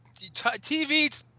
TV